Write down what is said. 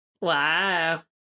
Wow